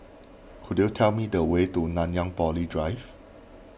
could you tell me the way to Nanyang Poly Drive